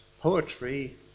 poetry